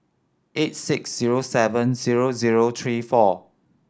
eight six zero seven zero zero three four